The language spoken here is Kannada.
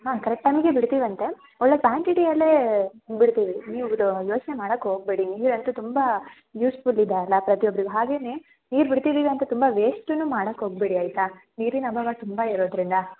ಹಾಂ ಕರೆಕ್ಟ್ ಟೈಮಿಗೆ ಬಿಡ್ತೀವಂತೆ ಒಳ್ಳೆಯ ಕ್ವಾಂಟಿಟಿಯಲ್ಲೇ ಬಿಡ್ತೀವಿ ನೀವು ಇದು ಯೋಚನೆ ಮಾಡಕ್ಕೆ ಹೋಗ್ಬೇಡಿ ನೀರಂತು ತುಂಬ ಯೂಸ್ಫುಲ್ ಇದೆ ಅಲ್ಲ ಪ್ರತಿ ಒಬ್ಬರಿಗು ಹಾಗೇನೆ ನೀರು ಬಿಡ್ತಿದ್ದೀವಿ ಅಂತ ತುಂಬ ವೇಸ್ಟನ್ನು ಮಾಡಕ್ಕೆ ಹೋಗಬೇಡಿ ಆಯಿತಾ ನೀರಿನ ಅಭಾವ ತುಂಬ ಇರೋದರಿಂದ